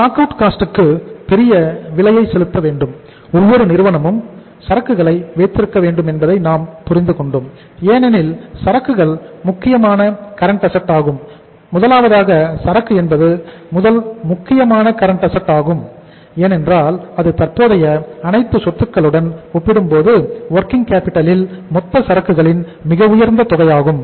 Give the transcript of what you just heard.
stock out cost ல் மொத்த சரக்குகளின் மிக உயர்ந்த தொகையாகும்